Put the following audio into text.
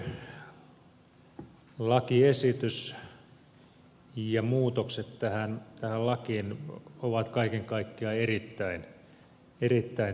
tämä esitetty lakiesitys ja muutokset tähän lakiin ovat kaiken kaikkiaan erittäin toivottavia